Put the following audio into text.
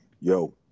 yo